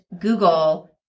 Google